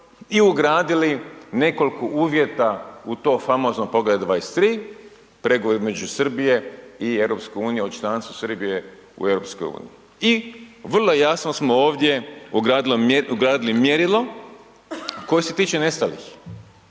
i ugradili nekoliko uvjeta u to famozno Poglavlje 23., pregovore između Srbije i EU, o članstvu Srbije u EU. I vrlo jasno smo ovdje ugradili mjerilo koje se tiče nestalih